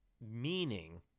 meaning